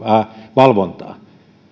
valvontaa